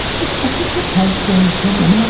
look, i think it has been a problem. and